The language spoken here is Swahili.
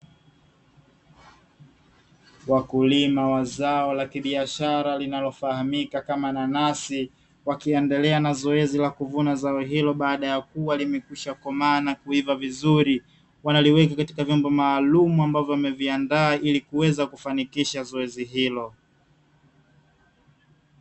Wakulima wa zao la kibiashara linalofahamika kama nanasi, wakiendelea na zoezi la kuvuna zao hilo baada ya kuwa limekishwa komaa na kuiva vizuri, wanaliweka katika vyombo maalumu ambavyo wameviandaa ili kuweza kufanikisha zoezi hilo.